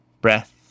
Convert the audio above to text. breath